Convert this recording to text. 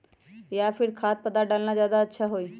या फिर खाद्य पदार्थ डालना ज्यादा अच्छा होई?